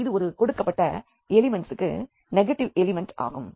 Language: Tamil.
இது ஒரு கொடுக்கப்பட்ட எலிமெண்ட்ஸுக்கு நெகட்டிவ் எலிமெண்ட் ஆகும்